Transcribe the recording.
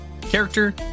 Character